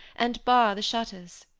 and bar the shutters.